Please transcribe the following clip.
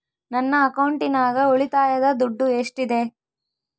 ನನ್ನ ಅಕೌಂಟಿನಾಗ ಉಳಿತಾಯದ ದುಡ್ಡು ಎಷ್ಟಿದೆ?